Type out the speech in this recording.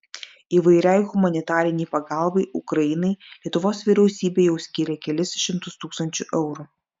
įvairiai humanitarinei pagalbai ukrainai lietuvos vyriausybė jau skyrė kelis šimtus tūkstančių eurų